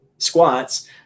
squats